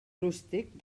rústic